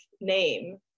name